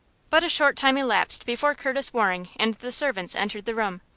but a short time elapsed before curtis waring and the servants entered the room,